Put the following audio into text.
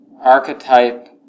archetype